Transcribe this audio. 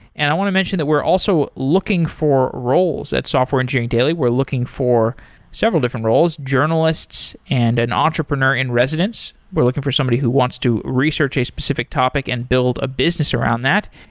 and i want to mention that we're also looking for roles at software engineering daily. we're looking for several different roles journalists, and an entrepreneur in residence. we're looking for somebody who wants to research a specific topic and build a business around that,